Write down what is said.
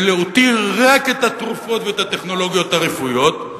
ולהותיר רק את התרופות ואת הטכנולוגיות הרפואיות.